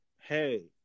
hey